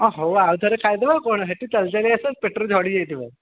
ହଁ ହଉ ଆଉଥରେ ଖାଇଦେବା କ'ଣ ସେଠୁ ଚାଲି ଚାଲି ଆସିବା ପେଟରୁ ଝଡ଼ି ଯାଇଥିବ